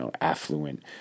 affluent